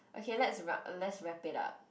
okay let's rub let's wrap it up